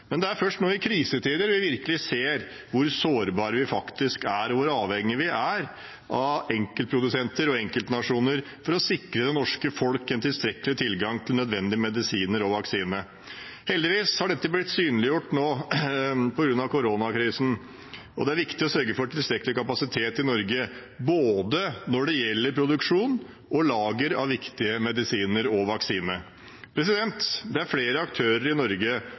men det er først nå i krisetider vi virkelig ser hvor sårbare vi faktisk er, og hvor avhengige vi er av enkeltprodusenter og enkeltnasjoner for å sikre det norske folk tilstrekkelig tilgang til nødvendige medisiner og vaksiner. Heldigvis har dette nå blitt synliggjort på grunn av koronakrisen, og det er viktig å sørge for tilstrekkelig kapasitet i Norge både når det gjelder produksjon, og når det gjelder lager av viktige medisiner og vaksiner. Det er flere aktører i Norge